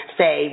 say